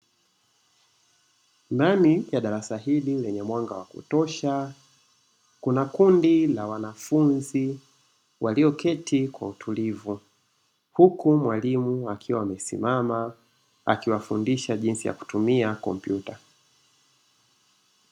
Ndani ya darasa hili lenye mwanga wa kutosha, kuna kundi la wanafunzi walioketi kwa utulivu huku mwalimu akiwa amesimama akiwafundisha jinsi ya kutumia kompyuta.